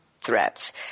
threats